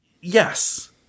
Yes